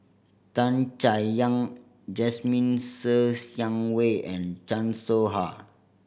Tan Chay Yan Jasmine Ser Xiang Wei and Chan Soh Ha